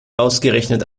ausgerechnet